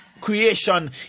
creation